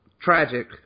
tragic